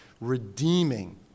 redeeming